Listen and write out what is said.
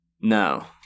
No